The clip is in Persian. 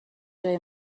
جای